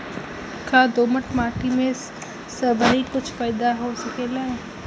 का दोमट माटी में सबही कुछ पैदा हो सकेला?